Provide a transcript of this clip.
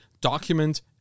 document